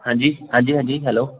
ਹਾਂਜੀ ਹਾਂਜੀ ਹਾਂਜੀ ਹੈਲੋ